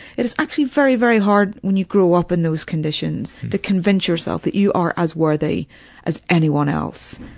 it is actually very, very hard when you grow up in those conditions to convince yourself that you are as worthy as anyone else.